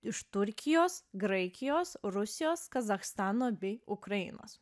iš turkijos graikijos rusijos kazachstano bei ukrainos